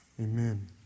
Amen